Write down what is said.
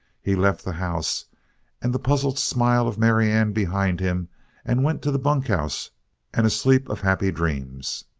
he left the house and the puzzled smile of marianne behind him and went to the bunkhouse and a sleep of happy dreams.